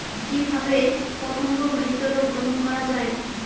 কিভাবে পতঙ্গ বাহিত রোগ দমন করা যায়?